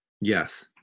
Yes